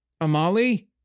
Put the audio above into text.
Amali